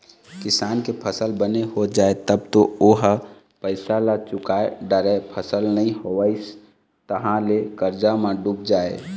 किसान के फसल बने हो जाए तब तो ओ ह पइसा ल चूका डारय, फसल नइ होइस तहाँ ले करजा म डूब जाए